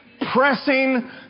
pressing